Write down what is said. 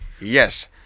yes